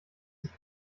sich